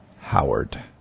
Howard